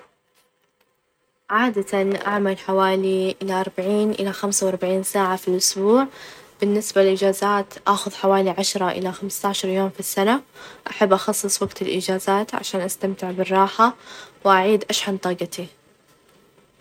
عادةً أعمل حوالي لأربعين إلى خمسة وأربعين ساعة في الاسبوع، بالنسبة للأجازات آخذ حوالي عشرة إلى خمسة عشر يوم في السنة، أحب أخصص وقت الإجازات عشان استمتع بالراحة، وأعيد أشحن طاقتي.